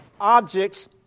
objects